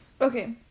okay